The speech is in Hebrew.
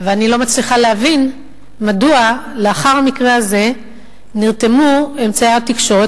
אני לא מצליחה להבין מדוע לאחר המקרה הזה נרתמו אמצעי התקשורת